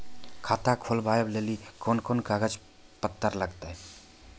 खाता खोलबाबय लेली कोंन कोंन कागज पत्तर लगतै?